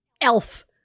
Elf